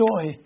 joy